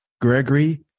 Gregory